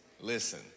listen